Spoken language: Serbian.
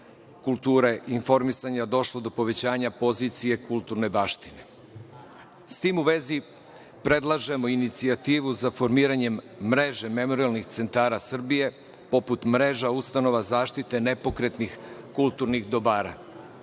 kulture, informisanja došlo do povećanja pozicije kulturne baštine. Sa tim u vezi predlažemo inicijativu za formiranje mreže memorijalnih centara Srbije, poput mreža ustanova zaštite nepokretnih kulturnih dobara.